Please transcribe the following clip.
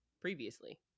previously